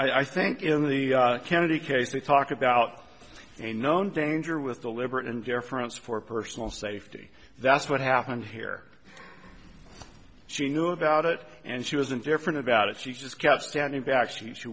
i think in the kennedy case we talk about a known danger with deliberate indifference for personal safety that's what happened here she knew about it and she was indifferent about it she just kept standing back she she